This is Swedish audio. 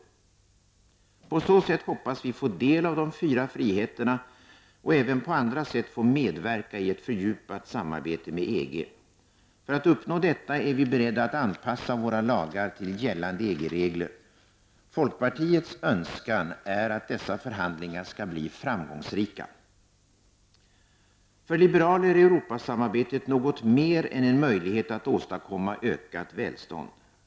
På så sätt hoppas vi få del av de fyra friheterna och även på andra sätt få medverka i ett fördjupat samarbete med EG. För att uppnå detta är vi beredda att anpassa våra lagar till gällande EG-regler. Folkpartiets önskan är att dessa förhandlingar skall bli framgångsrika. För liberaler är Europasamarbetet något mer än en möjlighet att åstadkomma ökat välstånd.